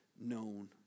known